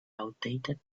outdated